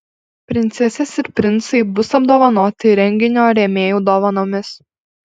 princesės ir princai bus apdovanoti renginio rėmėjų dovanomis